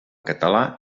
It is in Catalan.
català